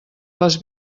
les